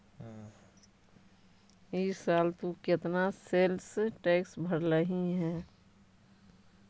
ई साल तु केतना सेल्स टैक्स भरलहिं हे